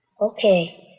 Okay